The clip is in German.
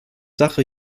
sache